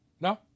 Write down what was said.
No